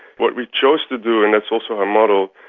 what we chose to do, and that's also our model,